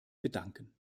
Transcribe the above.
bedanken